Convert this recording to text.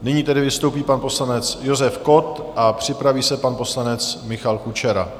Nyní tedy vystoupí pan poslanec Josef Kott a připraví se pan poslanec Michal Kučera.